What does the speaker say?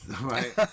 Right